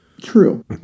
true